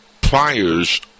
Pliers